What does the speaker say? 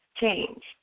change